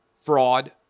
fraud